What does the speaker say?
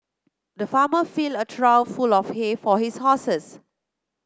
the farmer filled a trough full of hay for his horses